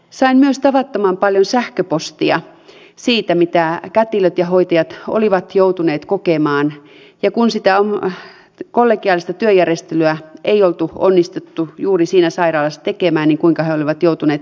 sain myös tavattoman paljon sähköpostia siitä mitä kätilöt ja hoitajat olivat joutuneet kokemaan ja siitä kun sitä kollegiaalista työjärjestelyä ei oltu onnistuttu juuri siinä sairaalassa tekemään kuinka he olivat joutuneet menettämään työpaikkansa